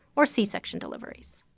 or c-section deliveries.